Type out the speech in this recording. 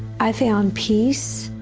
i found peace,